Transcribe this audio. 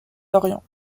d’orient